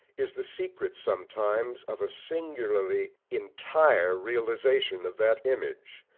is the secret, sometimes, of a singularly entire realisation of that image,